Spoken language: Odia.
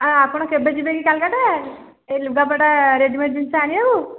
ଆ ଆପଣ କେବେ ଯିବେ କି କୋଲକତା ଏ ଲୁଗାପଟା ରେଡ଼ିମେଡ଼୍ ଜିନିଷ ଆଣିବାକୁ